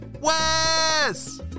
Wes